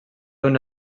una